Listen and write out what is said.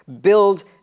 build